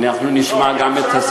אנחנו נשמע גם את,